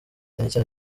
cyangwa